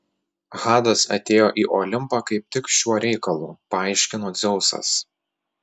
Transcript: hadas atėjo į olimpą kaip tik šiuo reikalu paaiškino dzeusas